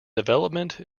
development